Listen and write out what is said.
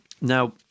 Now